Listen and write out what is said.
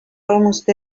almost